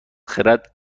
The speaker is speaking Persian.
خرد